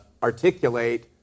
Articulate